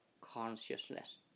consciousness